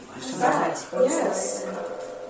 Yes